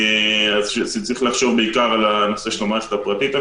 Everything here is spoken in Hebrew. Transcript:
אז צריך לחשוב בעיקר על הנושא של המערכת הפרטית.